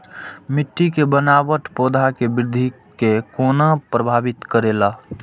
मिट्टी के बनावट पौधा के वृद्धि के कोना प्रभावित करेला?